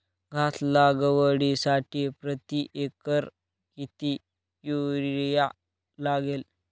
घास लागवडीसाठी प्रति एकर किती युरिया लागेल?